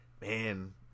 man –